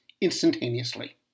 instantaneously